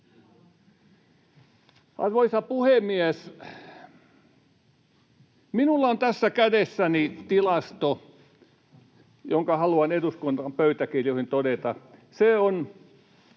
Arvoisa puhemies! Minulla on tässä kädessäni tilasto, jonka haluan eduskunnan pöytäkirjoihin todeta — se on